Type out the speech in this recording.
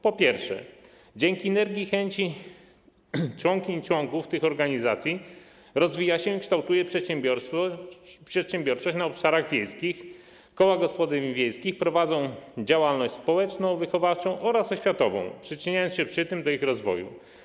Po pierwsze, dzięki energii i chęci członkiń i członków tych organizacji rozwija się i kształtuje przedsiębiorczość na obszarach wiejskich, koła gospodyń wiejskich prowadzą działalność społeczną, wychowawczą oraz oświatową, przyczyniając się przy tym do ich rozwoju.